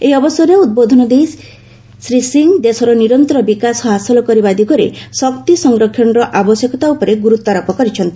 ଏହି ଅବସରରେ ଉଦ୍ବୋଧନ ଦେଇ ଶ୍ରୀ ସିଂହ ଦେଶର ନିରନ୍ତର ବିକାଶ ହାସଲ କରିବା ଦିଗରେ ଶକ୍ତି ସଂରକ୍ଷଣର ଆବଶ୍ୟକତା ଉପରେ ଗୁରୁତ୍ୱାରୋପ କରିଛନ୍ତି